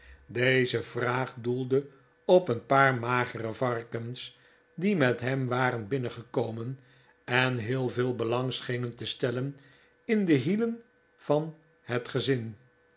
deze vraag doelde op een paar magere varkens die met hem waren binnengekomen en heel veel belang schenen te stellen in de hielen van het gezin